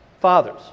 fathers